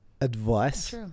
advice